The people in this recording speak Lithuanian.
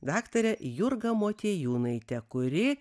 daktare jurga motiejūnaite kuri